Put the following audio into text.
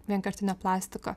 vienkartinio plastiko